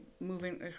moving –